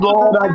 Lord